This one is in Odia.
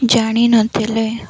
ଜାଣିନଥିଲେ